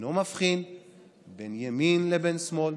אינו מבחין בין ימין לבין שמאל,